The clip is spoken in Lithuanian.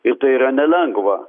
ir tai yra nelengva